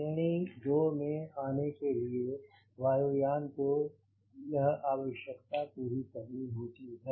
श्रेणी दो मैं आने के लिए वायु यानको यह आवश्यकता है पूरी करनी होती है